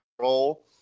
role